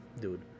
dude